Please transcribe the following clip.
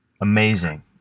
Amazing